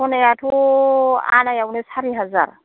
स'नायाथ' आनायावनो सारि हाजार